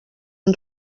han